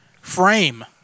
frame